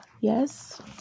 Yes